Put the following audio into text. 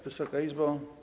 Wysoka Izbo!